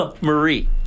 Marie